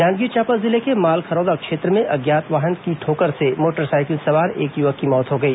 जांजगीर चांपा जिले के मालखरौदा क्षेत्र में अज्ञात वाहन की ठोकर से मोटरसाइकिल सवार एक युवक की मौत हो गई